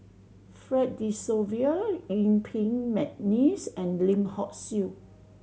Fred De Souza Yuen Peng McNeice and Lim Hock Siew